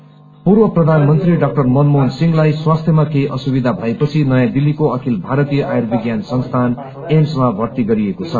मनमोहन पूर्व प्रधानमन्त्री डाक्टर मनमोहन सिंहलाई स्वास्थ्यमा केही असुविधा भएपछि नयाँ दिल्लीको अखिल भारतीय आयुर्विज्ञान संस्थान एम्समा भर्ती गरिएको छ